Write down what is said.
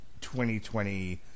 2020